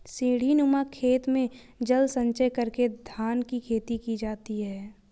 सीढ़ीनुमा खेत में जल संचय करके धान की खेती की जाती है